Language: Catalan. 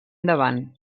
endavant